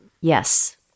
Yes